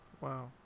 Wow